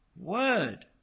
word